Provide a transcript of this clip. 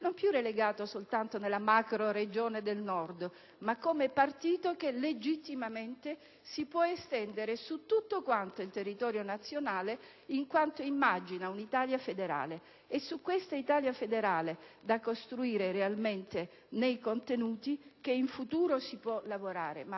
non più relegato soltanto nella macroregione del Nord, ma partito che legittimamente si può estendere su tutto il territorio nazionale, in quanto immagina un'Italia federale. È su questa Italia federale, da costruire realmente nei contenuti, che in futuro si può lavorare.